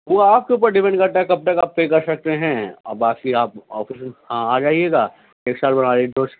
وہ آپ کے اوپر ڈیپینڈ کرتا ہے کہ کب تک پے کرسکتے ہیں باقی آپ آفس میں ہاں آجائیے گا ایک ساتھ بنا لیتے اس